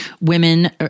Women